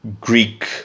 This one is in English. Greek